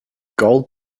gold